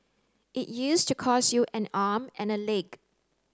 it used to cost you an arm and a leg